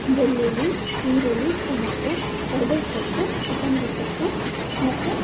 ಬೆಳ್ಳುಳ್ಳಿ ಈರುಳ್ಳಿ ಟೊಮೊಟೋ ಕರ್ಬೇಸೊಪ್ಪು ಕೊತ್ತಂಬರಿ ಸೊಪ್ಪು ಮತ್ತು